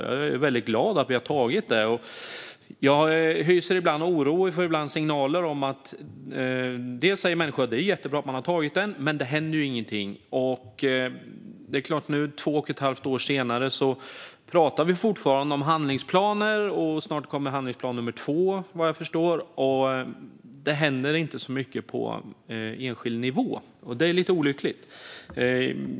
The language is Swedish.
Jag är väldigt glad över att vi har tagit det. Jag hyser ibland oro och får ibland signaler. Människor säger att det är jättebra att man har antagit strategin, men det händer ingenting. Två och ett halvt år senare pratar vi fortfarande om handlingsplaner, och snart kommer handlingsplan nr 2, vad jag förstår. Det händer inte så mycket på enskild nivå. Det är lite olyckligt.